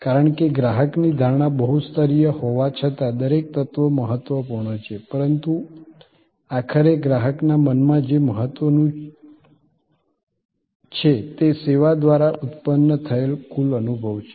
કારણ કે ગ્રાહકની ધારણા બહુ સ્તરીય હોવા છતાં દરેક તત્વ મહત્વપૂર્ણ છે પરંતુ આખરે ગ્રાહકના મનમાં જે મહત્વનું છે તે સેવા દ્વારા ઉત્પન્ન થયેલ કુલ અનુભવ છે